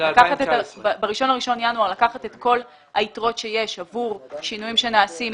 ב-1 בינואר לקחת את כל היתרות שיש עבור שינויים שנעשים,